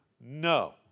No